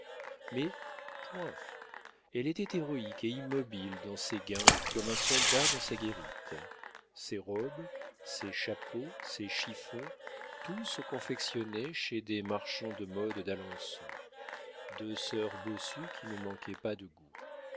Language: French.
mais point elle était héroïque et immobile dans ses guimpes comme un soldat dans sa guérite ses robes ses chapeaux ses chiffons tout se confectionnait chez des marchandes de modes d'alençon deux sœurs bossues qui ne manquaient pas de goût